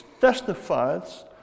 testifies